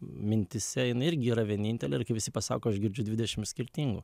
mintyse jinai irgi yra vienintelė ir kai visi pasako aš girdžiu dvidešim skirtingų